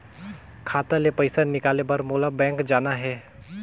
खाता ले पइसा निकाले बर मोला बैंक जाना हे?